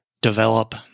develop